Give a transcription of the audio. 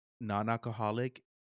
non-alcoholic